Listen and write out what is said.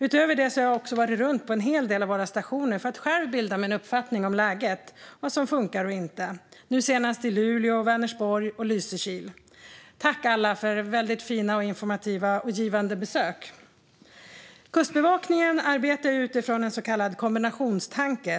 Utöver detta har jag varit runt på en hel del av våra stationer för att själv bilda mig en uppfattning om läget och om vad som funkar och inte - nu senast i Luleå, Vänersborg och Lysekil. Tack till alla för väldigt fina, informativa och givande besök! Kustbevakningen arbetar utifrån en så kallad kombinationstanke.